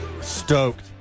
Stoked